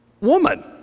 woman